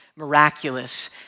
miraculous